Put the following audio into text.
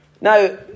Now